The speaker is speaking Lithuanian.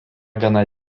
gana